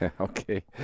Okay